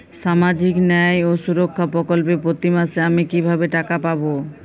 সামাজিক ন্যায় ও সুরক্ষা প্রকল্পে প্রতি মাসে আমি কিভাবে টাকা পাবো?